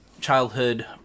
childhood